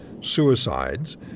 suicides